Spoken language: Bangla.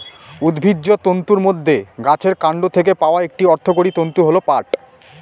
উদ্ভিজ্জ তন্তুর মধ্যে গাছের কান্ড থেকে পাওয়া একটি অর্থকরী তন্তু হল পাট